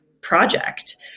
project